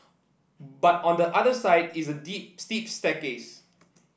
but on the other side is a deep steep staircase